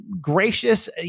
gracious